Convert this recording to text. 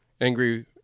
angry